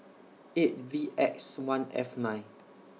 eight V X one F nine